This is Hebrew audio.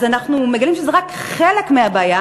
אנחנו מגלים שזה רק חלק מהבעיה,